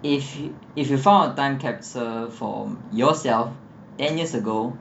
if yo~ if you found a time capsule from yourself ten years ago